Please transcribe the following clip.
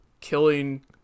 killing